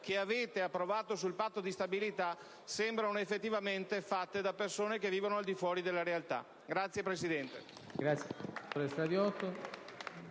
che avete approvato sul Patto di stabilità sembrano effettivamente fatte da persone che vivono al di fuori della realtà. *(Applausi